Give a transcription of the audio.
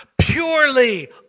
purely